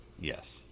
Yes